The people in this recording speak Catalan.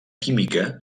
química